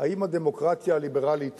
אם הדמוקרטיה הליברלית